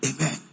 Amen